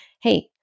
Hey